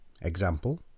Example